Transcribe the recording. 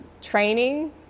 training